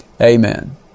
Amen